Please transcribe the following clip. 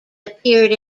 appeared